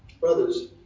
Brothers